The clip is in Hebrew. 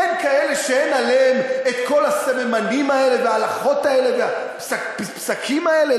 אין כאלה שאין עליהם כל הסממנים האלה וההלכות האלה והפסקים האלה?